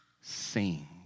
sing